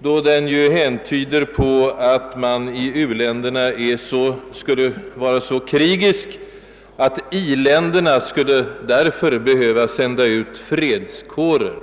u-landshåll, eftersom den ju kan häntyda på att man i u-länderna skulle vara så krigisk, att i-länderna behöver skapa fred genom att sända ut »fredskårer».